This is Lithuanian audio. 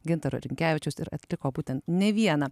gintaro rinkevičiaus ir atliko būtent ne vieną